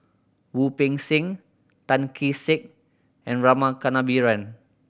Wu Peng Seng Tan Kee Sek and Rama Kannabiran